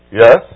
Yes